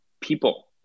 people